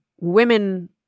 women